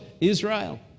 israel